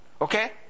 Okay